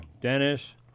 Dennis